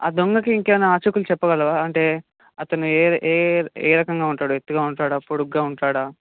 ఆ దొంగకి ఇంకేమైనా ఆచూకీలు చెప్పగలరా అంటే అతని ఏర్ ఏ ఏ రకంగా ఉంటాడో ఎత్తుగా ఉంటాడా పొడుగ్గా ఉంటాడా